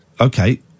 Okay